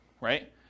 right